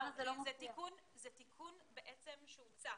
זה תיקון שהוצע.